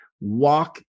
walk